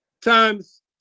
times